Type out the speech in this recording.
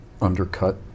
undercut